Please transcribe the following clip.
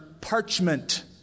parchment